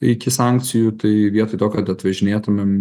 iki sankcijų tai vietoj to kad atvežinėtumėm